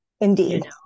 indeed